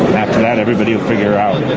that, everybody will figure out